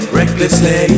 recklessly